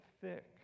thick